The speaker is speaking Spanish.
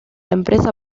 empresa